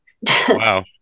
Wow